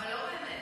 אתה לא באמת?